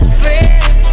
friends